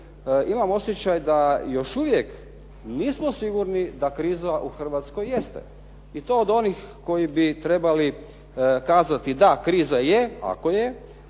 imam osjećaj da još uvijek nismo sigurni da kriza u Hrvatskoj jeste. I to od onih koji bi trebali kazati da, kriza je ako je;